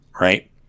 right